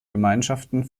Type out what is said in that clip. gemeinschaften